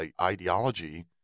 ideology